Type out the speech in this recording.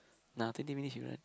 nah twenty minutes you run